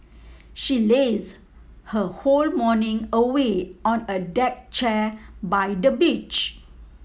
she lazed her whole morning away on a deck chair by the beach